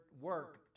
work